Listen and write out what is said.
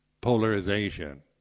polarization